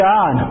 God